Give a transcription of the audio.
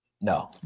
No